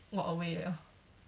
walk away liao